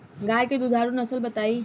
गाय के दुधारू नसल बताई?